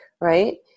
right